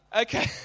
Okay